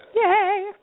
Yay